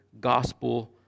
gospel